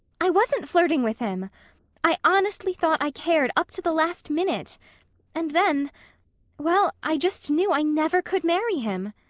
i wasn't flirting with him i honestly thought i cared up to the last minute and then well, i just knew i never could marry him.